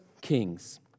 Kings